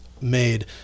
made